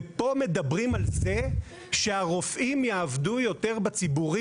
ופה מדברים על זה שהרופאים יעבדו יותר בציבורי,